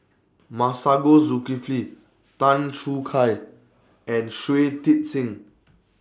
Masagos Zulkifli Tan Choo Kai and Shui Tit Sing